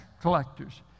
collectors